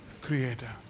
creator